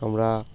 আমরা